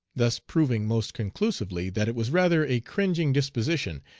thus proving most conclusively that it was rather a cringing disposition,